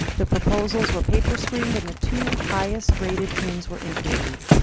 the proposals were paper screened and the two highest rated teams were interviewed.